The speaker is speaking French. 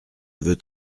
veut